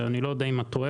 ואני לא יודע אם התועלת